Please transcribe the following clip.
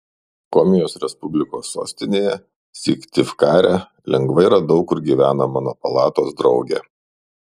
komijos respublikos sostinėje syktyvkare lengvai radau kur gyvena mano palatos draugė